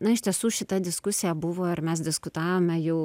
na iš tiesų ta diskusija buvo ir mes diskutavome jau